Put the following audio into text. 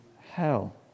hell